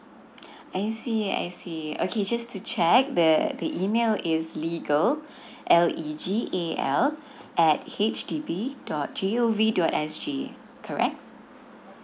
I see I see okay just to check that the email is legal L E G A L at H D B dot G O V dot S G correct